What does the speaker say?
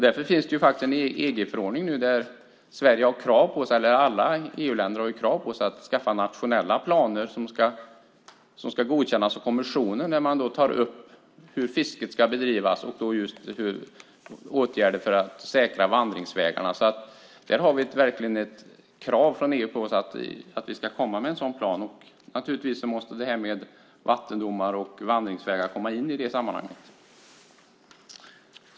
Därför finns det faktiskt en EG-förordning nu där Sverige och alla andra EU-länder har krav på sig att skaffa fram nationella planer, som ska godkännas av kommissionen, där man tar upp hur fisket ska bedrivas och åtgärder för att säkra vandringsvägarna. Där har vi alltså verkligen ett krav från EU på oss att komma med en sådan plan. Naturligtvis måste det här med vattendomar och vandringsvägar komma in i det sammanhanget.